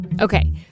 Okay